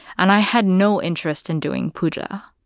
and i had no interest in doing puja.